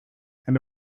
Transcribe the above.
and